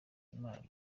imana